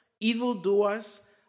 evildoers